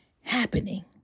happening